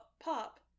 pop